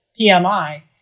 PMI